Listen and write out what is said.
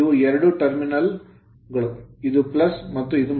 ಇವು ಎರಡು terminal terminal ಗಳು ಇದು ಮತ್ತು ಇದು